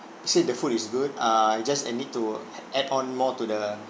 they said the food is good err just I need to add on more to the